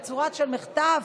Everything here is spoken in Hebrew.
בצורה של מחטף.